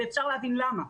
אפשר להבין למה.